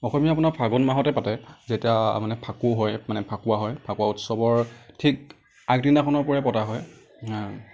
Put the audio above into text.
অসমীয়া আপোনাৰ ফাগুন মাহতে পাতে যেতিয়া মানে ফাকু হয় মানে ফাকুৱা হয় ফাকুৱা উংসৱৰ ঠিক আগদিনাখনৰ পৰাই পতা হয়